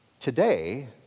Today